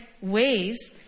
ways